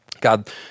God